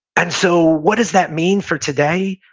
and so what does that mean for today?